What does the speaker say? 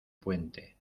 puente